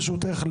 ברשותך,